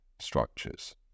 structures